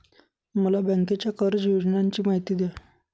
मला बँकेच्या कर्ज योजनांची माहिती द्या